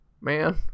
Man